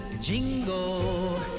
jingle